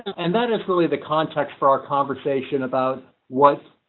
and that is really the context for our conversation about what?